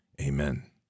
Amen